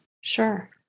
Sure